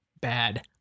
bad